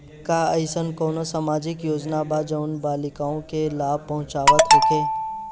का एइसन कौनो सामाजिक योजना बा जउन बालिकाओं के लाभ पहुँचावत होखे?